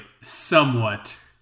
somewhat